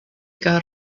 got